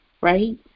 right